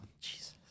Jesus